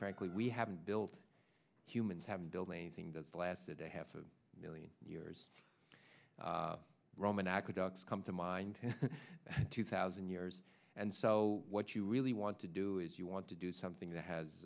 frankly we haven't built humans have built anything that's lasted a half a million years roman aqueducts come to mind two thousand years and so what you really want to do is you want to do something that has